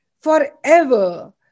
Forever